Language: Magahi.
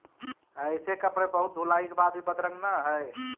ऐसे कपड़े बहुत धुलाई के बाद भी बदरंग न हई